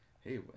hey